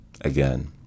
again